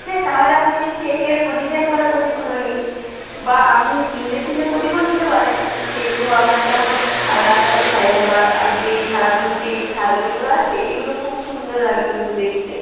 হ্যাঁ তাহলে আপনি এই সেটের উপর ডিজাইন করা প্রদীপগুলো নিন বা আপনি সিঙ্গেল সিঙ্গেল প্রদীপও নিতে পারেন সেইগুলো আপনাকে আবার আলাদা আলাদা করে সাজাতে হবে আর আর এই যে এই থালার মধ্যে এই যে সাজানোগুলো আছে এইগুলো খুব সুন্দর লাগে কিন্তু দেখতে